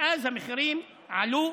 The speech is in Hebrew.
מאז המחירים עלו,